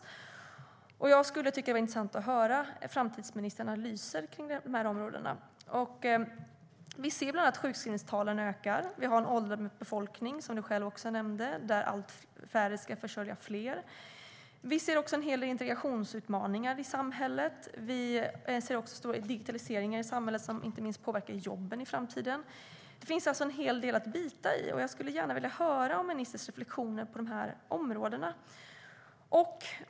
Jag tycker att det skulle vara intressant att höra framtidsministerns analyser på dessa områden. Vi ser bland annat att sjukskrivningstalen ökar. Vi har en åldrande befolkning, som du själv också nämnde, och allt färre ska försörja fler. Vi ser också en hel del integrationsutmaningar i samhället. Vi ser också digitaliseringen i samhället som påverkar inte minst jobben i framtiden. Det finns alltså en hel del att bita i. Jag skulle därför gärna vilja höra ministerns reflektioner på dessa områden.